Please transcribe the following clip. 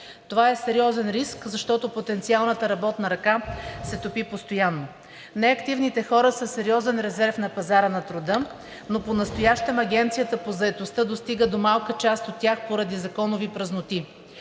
Това е сериозен риск, защото потенциалната работна ръка се топи постоянно. Неактивните хора са сериозен резерв на пазара на труда, но понастоящем Агенцията по заетостта достига до малка част от тях поради законови празноти.